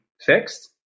fixed